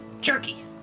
jerky